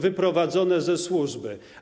wyprowadzone ze służby.